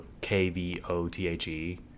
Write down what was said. K-V-O-T-H-E